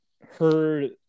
heard